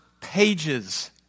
pages